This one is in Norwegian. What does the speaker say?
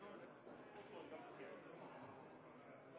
Nå er det